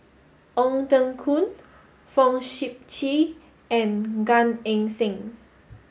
Ong Teng Koon Fong Sip Chee and Gan Eng Seng